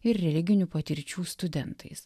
ir religinių patirčių studentais